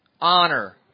honor